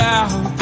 out